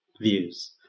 views